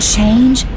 Change